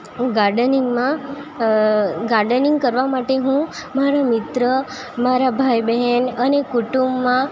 ગાર્ડનિંગમાં gardening કરવા માટે હું મારા મિત્ર મારા ભાઈ બહેન અને કુટુંબમાં